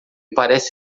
parece